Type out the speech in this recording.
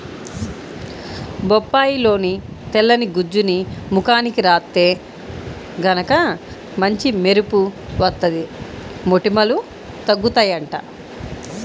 బొప్పాయిలోని తెల్లని గుజ్జుని ముఖానికి రాత్తే గనక మంచి మెరుపు వత్తది, మొటిమలూ తగ్గుతయ్యంట